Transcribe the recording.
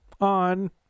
on